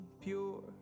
pure